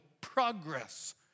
progress